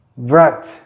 vrat